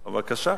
בבקשה.